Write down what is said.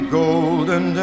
golden